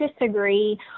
disagree